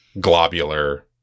globular